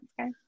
okay